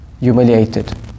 humiliated